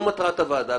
וזו מטרת הוועדה.